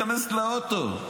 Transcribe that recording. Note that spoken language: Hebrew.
כנס לאוטו.